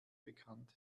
bekannt